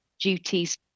duties